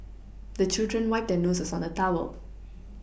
the children wipe their noses on the towel